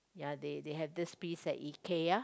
ya they they have this piece at Ikea